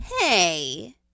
Hey